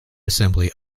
assembly